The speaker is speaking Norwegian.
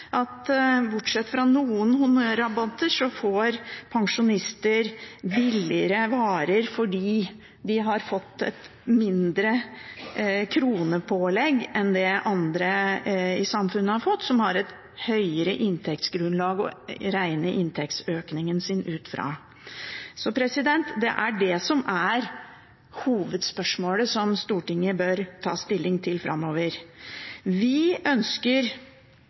bortsett fra noen honnørrabatter – at pensjonister får billigere varer fordi de har fått et mindre kronepålegg enn det andre i samfunnet har fått, som har et høyere inntektsgrunnlag å regne inntektsøkningen sin ut fra. Det er det som er hovedspørsmålet som Stortinget bør ta stilling til framover. Vi ønsker